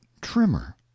trimmer